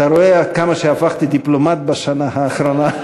אתה רואה עד כמה הפכתי לדיפלומט בשנה האחרונה.